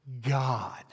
God